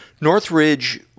Northridge